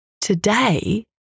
Today